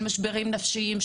של משברים נפשיים,